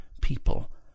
people